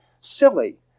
silly